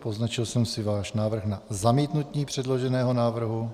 Poznačil jsem si váš návrh na zamítnutí předloženého návrhu.